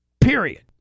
Period